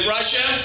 Russia